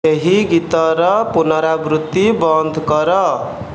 ଏହି ଗୀତର ପୁନରାବୃତ୍ତି ବନ୍ଦ କର